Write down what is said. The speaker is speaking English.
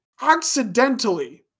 accidentally